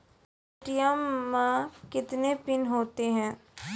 ATM मे कितने PIN होता हैं?